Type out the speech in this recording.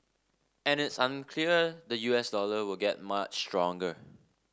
and it's unclear the U S dollar will get much stronger